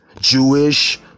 Jewish